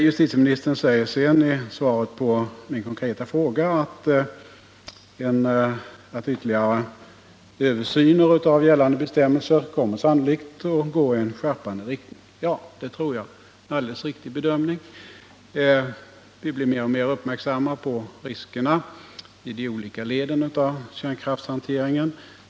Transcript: Justitieministern säger som svar på min konkreta fråga att en översyn av gällande bestämmelser sannolikt kommer att gå i skärpande riktning. Det tror jag är en riktig bedömning. Vi blir alltmer uppmärksamma på riskerna i de olika leden av kärnkraftshanteringen.